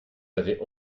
avez